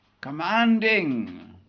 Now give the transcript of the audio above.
commanding